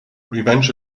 revenge